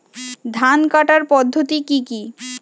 ধান কাটার পদ্ধতি কি কি?